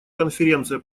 конференция